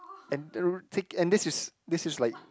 and and this is this is like